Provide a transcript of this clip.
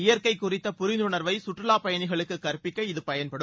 இயற்கை குறித்த புரிந்துணர்வை சுற்றுலா பயணிகளுக்கு கற்பிக்க இது பயன்படும்